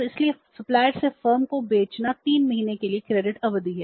इसलिए सप्लायर्स से फर्म को बेचना 3 महीने के लिए क्रेडिट अवधि है